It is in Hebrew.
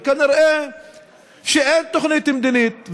וכנראה שאין תוכנית מדינית,